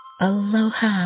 Aloha